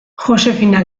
josefina